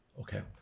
Okay